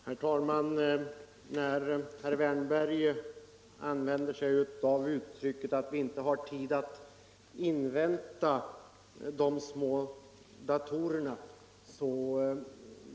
Herr talman! Herr Wärnberg använde sig av uttrycket att vi ”inte Nytt system för har tid” att invänta de små datorerna.